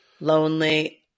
lonely